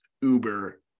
Uber